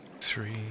three